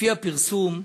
לפי הפרסום,